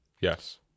yes